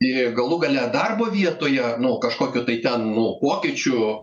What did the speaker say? ir galų gale darbo vietoje nu kažkokių tai ten nu pokyčių